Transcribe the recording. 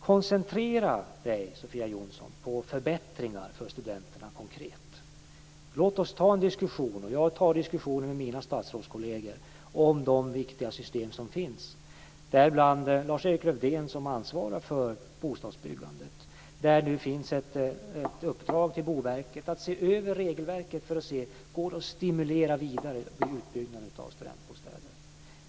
Koncentrera dig, Sofia Jonsson, på förbättringar för studenterna konkret. Låt oss ta en diskussion - jag tar diskussionen med mina statsrådskolleger - om de viktiga system som finns. Lars-Erik Lövdén ansvarar för bostadsbyggandet. Det finns nu ett uppdrag till Boverket att se över regelverket för att se om det går att vidare stimulera utbyggnaden av studentbostäder.